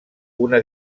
una